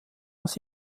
das